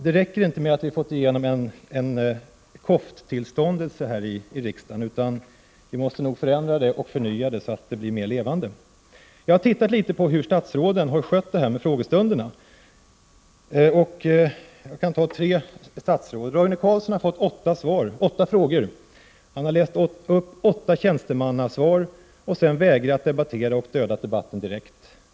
Det räcker inte att vi har fått igenom ett kofttillstånd här i riksdagen, utan vi måste förändra och förnya så att riksdagen blir mer levande. Jag har sett på hur statsråden har skött detta med frågestunderna. Jag kan nämna tre statsråd som exempel: Roine Carlsson har fått åtta frågor. Han har läst upp åtta tjänstemannasvar och sedan vägrat debattera och dödat debatten direkt.